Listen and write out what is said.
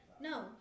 No